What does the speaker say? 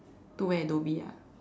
to where dhoby ah